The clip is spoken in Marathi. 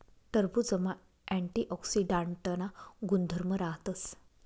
टरबुजमा अँटीऑक्सीडांटना गुणधर्म राहतस